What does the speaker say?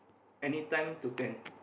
any time to ten